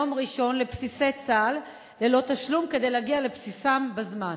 לבסיסי צה"ל ביום ראשון ללא תשלום כדי שיגיעו לבסיסים בזמן?